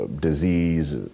disease